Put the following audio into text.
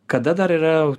kada dar yra